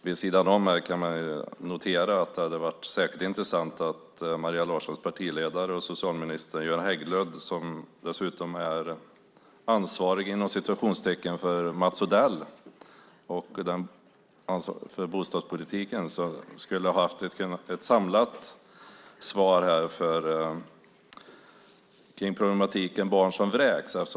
Vid sidan om kan man notera att det hade varit särskilt intressant om Maria Larssons partiledare, socialminister Göran Hägglund, som dessutom är ansvarig - inom citattecken - för Mats Odell och bostadspolitiken hade kunnat ha ett samlat svar här kring problematiken barn som vräks.